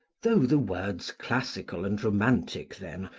though the words classical and romantic, then,